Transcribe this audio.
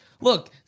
Look